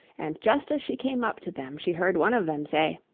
and just as she came up to them she heard one of them say,